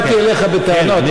לא באתי אליך בטענות.